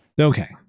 Okay